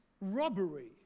robbery